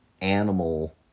animal